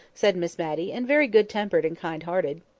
said miss matty, and very good-tempered and kind hearted.